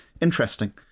interesting